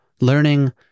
learning